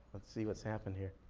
let's see what's happened here.